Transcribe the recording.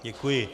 Děkuji.